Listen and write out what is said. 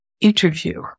interview